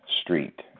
Street